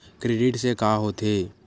Credit से का होथे?